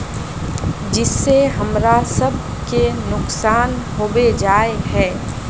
जिस से हमरा सब के नुकसान होबे जाय है?